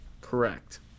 Correct